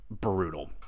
brutal